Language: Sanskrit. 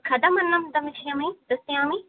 कथमन्नं दमिष्यामि दास्यामि